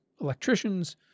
electricians